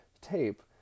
tape